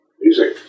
music